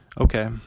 Okay